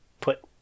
put